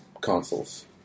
consoles